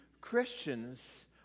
Christians